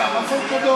של נעליך, מקום קדוש.